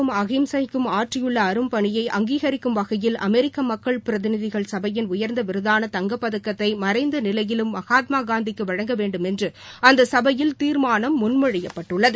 மகாத்மாகாந்தி அமைதிக்கும் அகிம்சைக்கும் ஆற்றியுள்ள அரும்பணியை அங்கீகரிக்கும் வகையில் அமெரிக்க மக்கள் பிரதிநிதிகள் சபையின் உயர்ந்த விருதான தங்கப்பதக்கத்தை மறைந்த நிலையிலும் மகாத்மா காந்திக்கு வழங்கவேண்டுமென்று அந்த சபையில் தீர்மானம் முன்மொழியப்பட்டுள்ளது